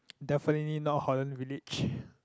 definitely not Holland-Village